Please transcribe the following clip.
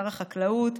שר החקלאות,